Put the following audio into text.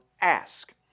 ask